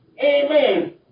Amen